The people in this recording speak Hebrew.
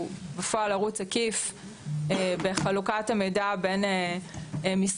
שהוא בפועל ערוץ עקיף בחלוקת המידע בין משרדים